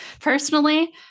personally